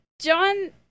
john